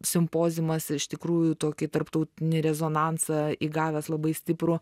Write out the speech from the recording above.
simpoziumas ir iš tikrųjų tokį tarptautinį rezonansą įgavęs labai stiprų